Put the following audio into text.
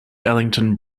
ellington